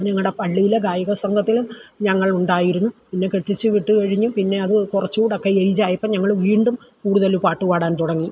ഞങ്ങളുടെ പള്ളിയിലെ ഗായകസംഘത്തിലും ഞങ്ങൾ ഉണ്ടായിരുന്നു പിന്നെ കെട്ടിച്ചു വിട്ടുകഴിഞ്ഞു പിന്നെ അത് കുറച്ചു കൂടെയൊക്കെ ഏജ് ആയപ്പോൾ ഞങ്ങൾ വീണ്ടും കൂടുതൽ പാട്ട് പാടാൻ തുടങ്ങി